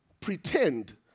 Pretend